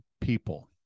people